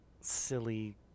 silly